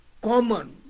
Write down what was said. common